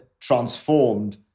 transformed